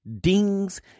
dings